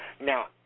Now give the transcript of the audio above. Now